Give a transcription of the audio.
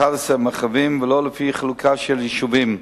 11 מרחבים, ולא לפי חלוקה של יישובים.